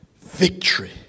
Victory